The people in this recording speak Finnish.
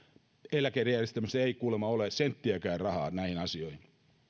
eläkejärjestelmässä ei kuulemma ole senttiäkään rahaa näihin asioihin